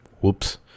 Whoops